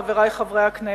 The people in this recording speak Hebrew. חברי חברי הכנסת,